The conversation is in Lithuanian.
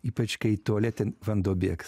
ypač kai tualete vanduo bėgs